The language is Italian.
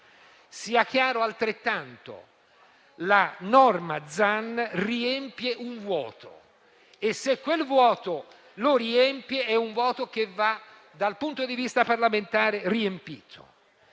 Sia altrettanto chiaro che la norma Zan riempie un vuoto e se quel vuoto lo riempie, è un vuoto che va, dal punto di vista parlamentare, riempito.